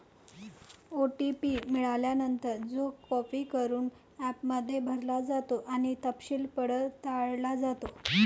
OTP मिळाल्यानंतर, तो copy करून ॲपमध्ये भरला जातो आणि तपशील पडताळला जातो